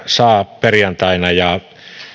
saa raportin ja